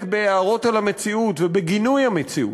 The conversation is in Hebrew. בהערות על המציאות ובגינוי המציאות.